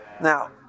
Now